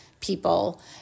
people